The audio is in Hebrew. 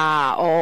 האתני,